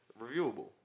reviewable